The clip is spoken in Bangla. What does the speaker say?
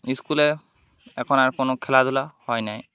স্কুলে এখন আর কোনো খেলাধুলা হয় না